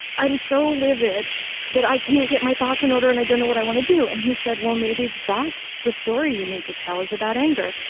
i'm so livid that i can't get my thoughts in order and i don't know what i want to do. and he said, well maybe that's the story you need to tell is about anger.